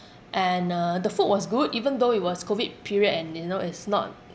and uh the food was good even though it was COVID period and you know it's not